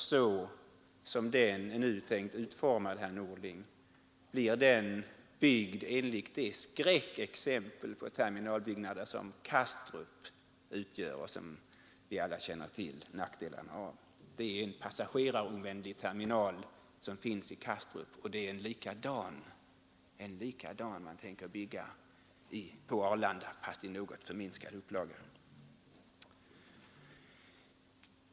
Såsom den nu är tänkt att utformas, herr Norling, blir den byggd enligt det skräckexempel på terminalbyggnader som Kastrup utgör — och vars nackdelar vi alla känner till. Den terminal som finns på Kastrup är passagerarovänlig, och man tänker bygga en likadan på Arlanda, fast i något förminskad upplaga.